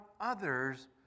others